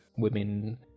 women